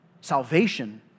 salvation